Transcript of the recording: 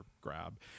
grab